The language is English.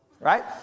right